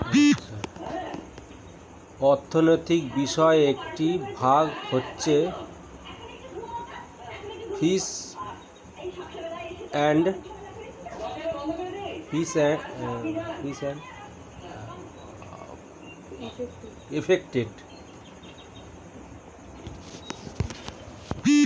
অর্থনৈতিক বিষয়ের একটি ভাগ হচ্ছে ফিস এন্ড ইফেক্টিভ